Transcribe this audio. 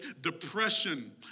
depression